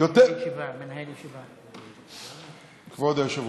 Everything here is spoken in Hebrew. כבוד היושב-ראש.